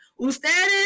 Ustedes